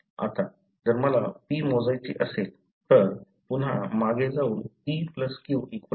आता जर मला p मोजायचे असेल तर पुन्हा मागे जाऊन p q 1